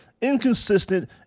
inconsistent